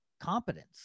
competence